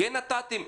כן נתתם,